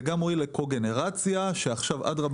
זה גם מועיל לקוגנרציה שעכשיו אדרבא